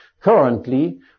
currently